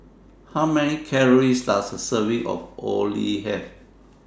How Many Calories Does A Serving of Orh Nee Have